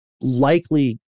likely